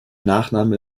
nachname